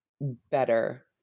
better